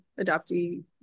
adoptee